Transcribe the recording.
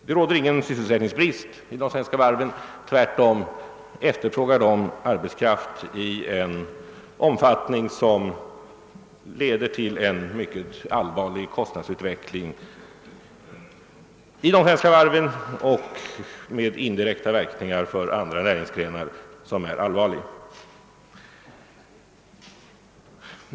Det råder ingen sysselsättningsbrist inom den svenska varvsindustrin — tvärtom efterfrågar den arbetskraft i en omfattning som leder till en mycket allvarlig kostnadsutveckling för de flesta svenska varven och med indirekta verkningar för andra näringsgrenar.